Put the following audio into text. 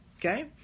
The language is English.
Okay